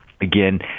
Again